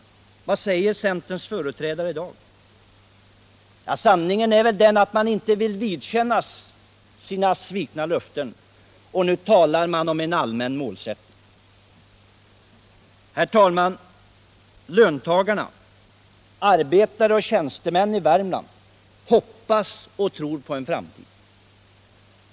Vad säger centerns företrädare i dag? Sanningen är väl den att man inte vill vidkännas sina svikna löften, och nu talar man om en allmän målsättning. Herr talman! Löntagarna — arbetare och tjänstemän — i Värmland hoppas och tror på en framtid.